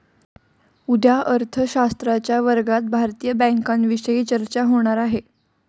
उद्या अर्थशास्त्राच्या वर्गात भारतीय बँकांविषयी चर्चा होणार आहे